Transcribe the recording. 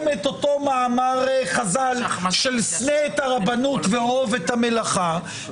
את אותו מאמר חז"ל של "אהוב את המלאכה ושנא את הרבנות",